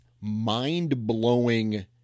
mind-blowing